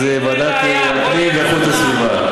אז ועדת הפנים ואיכות הסביבה.